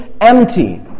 empty